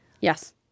Yes